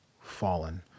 fallen